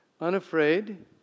unafraid